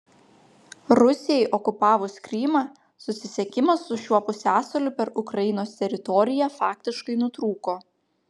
rusijai okupavus krymą susisiekimas su šiuo pusiasaliu per ukrainos teritoriją faktiškai nutrūko